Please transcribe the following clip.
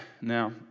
Now